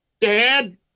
dad